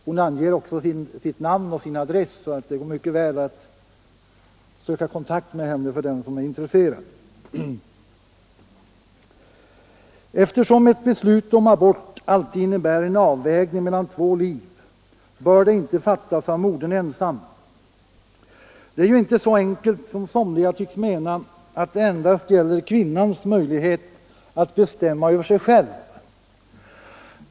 Hon anger också sitt namn och sin adress, så det går mycket väl att söka kontakt med henne för den som är intresserad. Eftersom ett beslut om abort alltid innebär en avvägning mellan två liv bör det inte fattas av modern ensam. Det är ju inte så enkelt som somliga tycks mena, att det endast gäller kvinnans möjlighet att bestämma över sig själv.